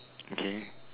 okay